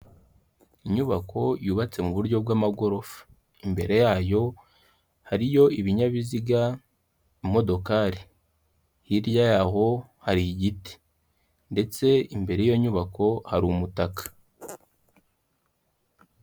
Inyubako yubatse mu buryo bwamagorofa, imbere yayo hariyo ibinyabiziga, imodokari, hirya yaho hari igiti, ndetse imbere y'iyo nyubako hari umutaka.